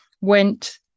went